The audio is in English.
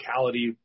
physicality